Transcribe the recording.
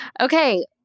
Okay